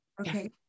Okay